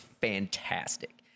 fantastic